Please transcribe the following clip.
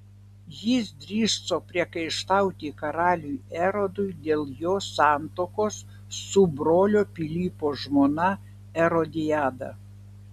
jis drįso priekaištauti karaliui erodui dėl jo santuokos su brolio pilypo žmona erodiada